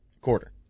quarter